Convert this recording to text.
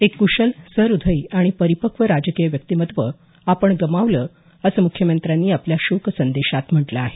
एक कुशल सहृदयी आणि परिपक्व राजकीय व्यक्तिमत्त्व आपण गमावलं असं मुख्यमंत्र्यांनी आपल्या शोकसंदेशात म्हटलं आहे